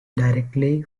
directly